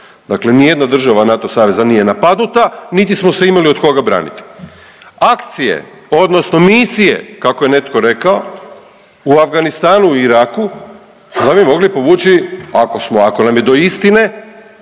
Dakle nijedna država NATO saveza nije napadnuta niti smo se imali od koga braniti. Akcije odnosno misije, kako je netko rekao u Afganistanu i Iraku, onda bi mogli povući, ako smo, ako nam je do istine,